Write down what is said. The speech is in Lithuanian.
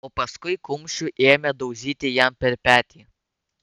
o paskui kumščiu ėmė daužyti jam per petį